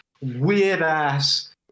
weird-ass